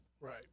Right